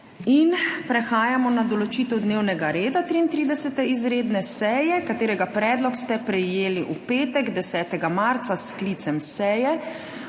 Prehajamo na **določitev dnevnega reda** 33. izredne seje, katerega predlog ste prejeli v petek, 10. marca, s sklicem seje.